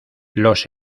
los